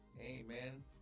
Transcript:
Amen